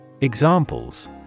Examples